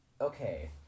Okay